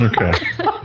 Okay